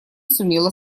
сумела